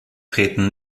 treten